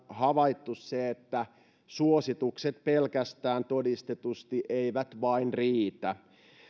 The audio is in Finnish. havaittu se että suositukset pelkästään todistetusti eivät vain riitä